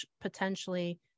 potentially